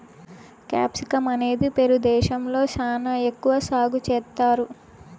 capsicum అనేది Peru దేశంలో శ్యానా ఎక్కువ సాగు చేత్తారు